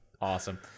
Awesome